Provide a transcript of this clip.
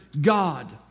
God